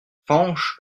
fañch